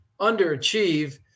underachieve